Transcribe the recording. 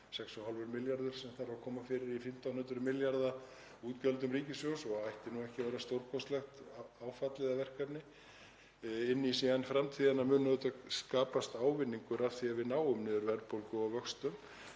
6,5 milljarðar sem þarf að koma fyrir í 1.500 milljarða útgjöldum ríkissjóðs og ætti ekki að vera stórkostlegt áfall eða verkefni. Inn í síðan framtíðina mun auðvitað skapast ávinningur af því að við náum niður verðbólgu og vöxtum